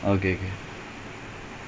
check what minute are you at